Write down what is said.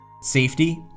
safety